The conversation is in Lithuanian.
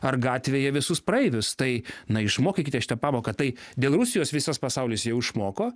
ar gatvėje visus praeivius tai na išmokykite šitą pamoką tai dėl rusijos visas pasaulis jau išmoko